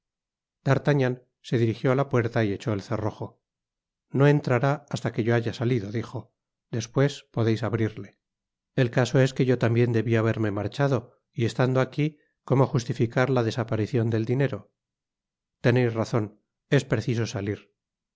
d'artagnan se dirijió á la puerta y echó el cerrojo no entrará hasta que yo haya salido dijo despues podeis abrirle el caso es que yo tambien debia haberme marchado y estando aquí como justificar la desaparicion del dinero teneis razon es preciso salir